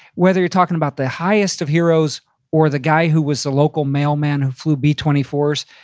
whether you're talking about the highest of heroes or the guy who was the local mailman who flew b twenty four s,